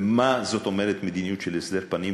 ומה זאת אומרת מדיניות של הסתר פנים?